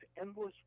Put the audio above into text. endless